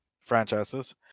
franchises